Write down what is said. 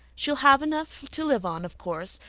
she'll have enough to live on of course.